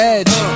Edge